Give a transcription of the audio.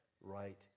right